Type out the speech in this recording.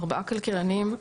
ארבעה כלכלנים,